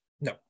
No